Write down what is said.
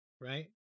right